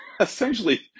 essentially